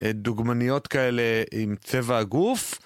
דוגמניות כאלה עם צבע גוף.